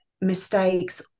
mistakes